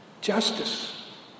Justice